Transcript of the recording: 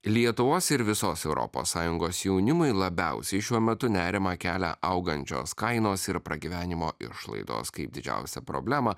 lietuvos ir visos europos sąjungos jaunimui labiausiai šiuo metu nerimą kelia augančios kainos ir pragyvenimo išlaidos kaip didžiausią problemą